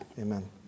amen